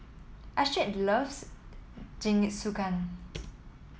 Astrid loves Jingisukan